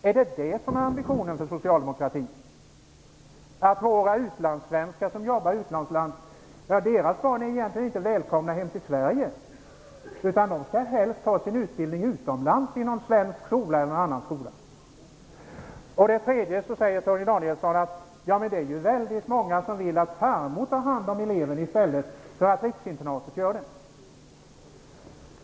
Är det socialdemokratins ambition att barn till våra utlandssvenskar som jobbar utomlands egentligen inte skall vara välkomna hem till Sverige utan helst skall få sin utbildning utomlands i någon svensk eller annan skola? Torgny Danielsson säger också att det är väldigt många som vill att farmor tar hand om eleven i stället för att riksinternatet gör det.